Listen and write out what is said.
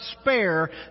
spare